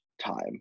time